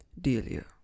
Delia